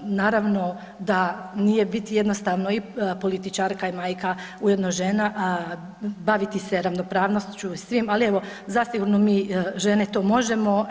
naravno da nije biti jednostavno i političarka i majka, ujedno žena, a baviti se ravnopravnošću i svim, ali evo zasigurno mi žene to možemo.